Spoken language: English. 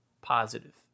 positive